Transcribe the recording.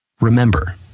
Remember